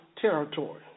territory